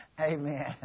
Amen